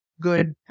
good